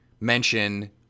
mention